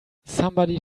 somebody